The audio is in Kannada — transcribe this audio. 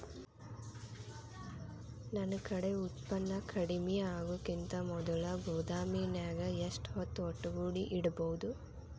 ನನ್ ಕಡೆ ಉತ್ಪನ್ನ ಕಡಿಮಿ ಆಗುಕಿಂತ ಮೊದಲ ಗೋದಾಮಿನ್ಯಾಗ ಎಷ್ಟ ಹೊತ್ತ ಒಟ್ಟುಗೂಡಿ ಇಡ್ಬೋದು?